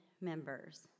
members